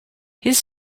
his